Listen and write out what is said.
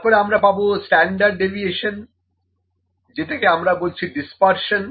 তারপর আমরা পাবো স্ট্যান্ডার্ড ডেভিয়েশন যেটাকে আমরা বলছি ডিসপারশন